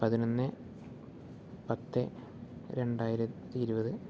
പതിനൊന്ന് പത്ത് രണ്ടായിരത്തി ഇരുപത്